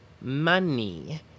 money